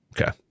Okay